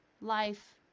life